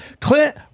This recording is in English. Clint